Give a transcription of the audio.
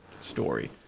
story